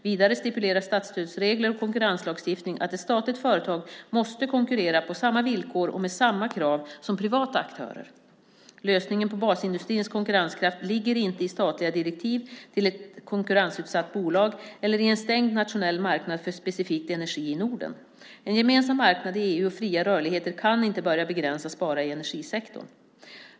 Vidare stipulerar statsstödsregler och konkurrenslagstiftning att ett statligt företag måste konkurrera på samma villkor och med samma krav som privata aktörer. Lösningen på basindustrins konkurrenskraft ligger inte i statliga direktiv till ett konkurrensutsatt bolag eller i en stängd, nationell marknad för specifikt energi i Norden. En gemensam marknad i EU och fria rörligheter kan inte börja begränsas i bara energisektorn.